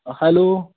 hello